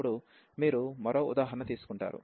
ఇప్పుడు మీరు మరో ఉదాహరణ తీసుకుంటారు